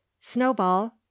Snowball